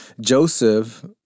Joseph